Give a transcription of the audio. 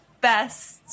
best